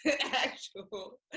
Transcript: actual